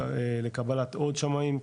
לקבלת עוד שמאים,